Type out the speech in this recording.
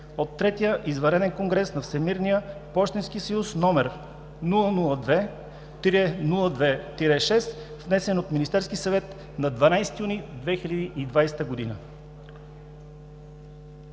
от третия извънреден конгрес на Всемирния пощенски съюз, № 002-02-6, внесен от Министерския съвет на 12 юни 2020 г.“